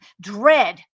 dread